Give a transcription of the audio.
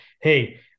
hey